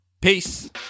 Peace